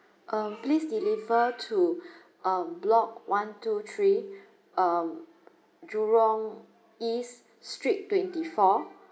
um please deliver to um block one two three um Jurong east street twenty-four